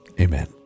amen